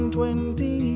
twenty